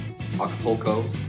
Acapulco